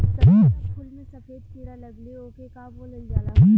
सब्ज़ी या फुल में सफेद कीड़ा लगेला ओके का बोलल जाला?